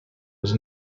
was